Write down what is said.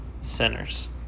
sinners